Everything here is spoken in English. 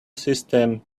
system